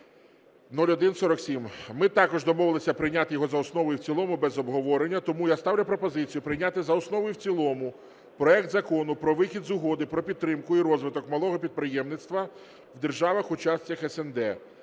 (0147). Ми також домовилися прийняти його за основу і в цілому без обговорення. Тому я ставлю пропозицію прийняти за основу і в цілому проект Закону про вихід з Угоди про підтримку і розвиток малого підприємництва в державах-учасницях СНД